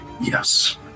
Yes